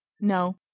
No